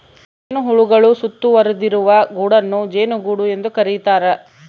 ಜೇನುಹುಳುಗಳು ಸುತ್ತುವರಿದಿರುವ ಗೂಡನ್ನು ಜೇನುಗೂಡು ಎಂದು ಕರೀತಾರ